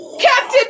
Captain